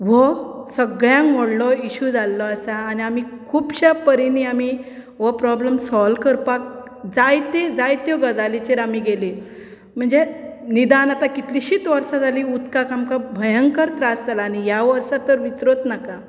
वो सगळ्यांत व्हडलो इशू जाल्लो आसा आनी आमी खूबश्यां परीनी आमी हो प्रोब्लम सोल्व करपाक जाय ती जाय त्यो गजालीचेर आमी गेली म्हणजे निदान आतां कितलीशींच वर्सां जाली उदकाक आमकां भंयकर त्रास जालां आनी ह्या वर्सां तर विचारच नाका